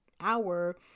hour